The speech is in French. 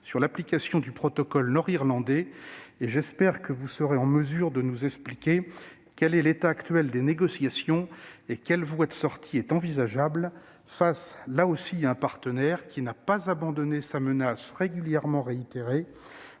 à l'application du protocole nord-irlandais. J'espère que vous serez en mesure de nous expliquer quel est l'état actuel des négociations et quelle voie de sortie est envisageable, s'agissant d'un partenaire qui n'a pas abandonné sa menace régulièrement réitérée